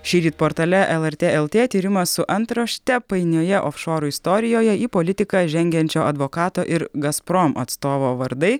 šįryt portale lrt lt tyrimas su antrašte painioje ofšorų istorijoje į politiką žengiančio advokato ir gazprom atstovo vardai